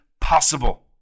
possible